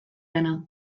dena